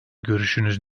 görüşünüz